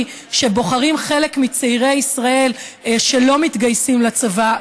שבוחרים חלק מצעירי ישראל שלא מתגייסים לצבא,